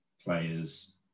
players